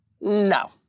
No